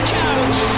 couch